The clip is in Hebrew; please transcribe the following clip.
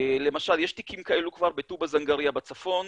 למשל יש תיקים כאלה כבר בטובא זנגריה בצפון,